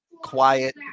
quiet